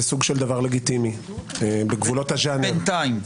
סוג של דבר לגיטימי בגבולות הז'אנר -- בינתיים.